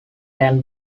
den